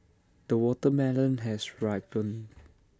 the watermelon has ripened